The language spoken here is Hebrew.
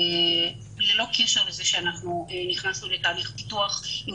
ללא קשר לזה שאנחנו נכנסנו לתהליך פיתוח עם